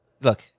Look